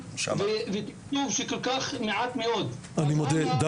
התוכנית מתוקצבת כמו שאמרתי באמצעות